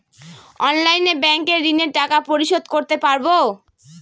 অনলাইনে ব্যাংকের ঋণের টাকা পরিশোধ করতে পারবো?